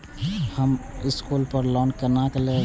हम स्कूल पर लोन केना लैब?